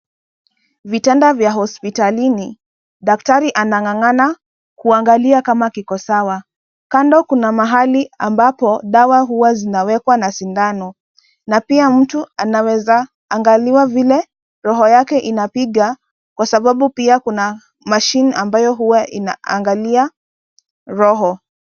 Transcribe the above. Vitanda vya hospitalini. Daktari anangangana kuangalia kama kiko sawa. Kando kuna mahali ambapo dawa huwa zinawekwa na sindano na pia mtu anaweza angaliwa vile roho yake inapiga kwa sababu pia kuna machine ambayo huwa inaangalia roho.